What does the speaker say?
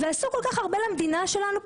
ועשו כל כך הרבה בשביל המדינה שלנו,